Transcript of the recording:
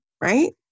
right